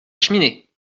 cheminée